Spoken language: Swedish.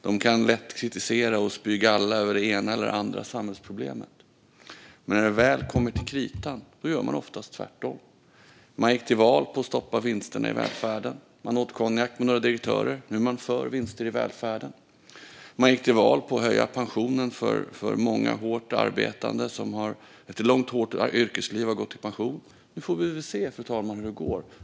De kan lätt kritisera och spy galla över det ena eller det andra samhällsproblemet, men när det väl kommer till kritan gör de oftast tvärtom. Man gick till val på att stoppa vinsterna i välfärden. Sedan drack man konjak med några direktörer, och nu är man för vinster i välfärden. Man gick till val på att höja pensionen för många som efter ett långt, hårt yrkesliv har gått i pension. Nu får vi väl se hur det går, fru talman.